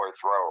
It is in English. throw